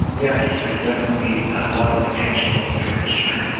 yes, there is definitely a lot of potential there for sure.